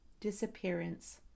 Disappearance